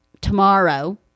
tomorrow